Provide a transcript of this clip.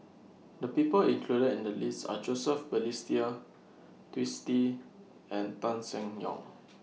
The People included in The list Are Joseph Balestier Twisstii and Tan Seng Yong